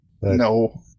No